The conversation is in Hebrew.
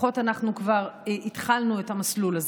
לפחות כבר התחלנו את המסלול הזה.